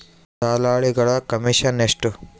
ದಲ್ಲಾಳಿಗಳ ಕಮಿಷನ್ ಎಷ್ಟು?